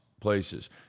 places